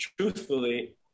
truthfully